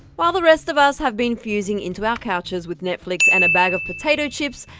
while the rest of us have been fusing into our couches with netflix and a bag of potato chips,